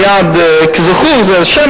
מייד: אשם,